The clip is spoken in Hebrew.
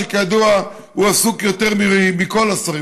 שכידוע הוא עסוק יותר מכל השרים,